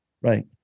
Right